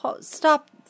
Stop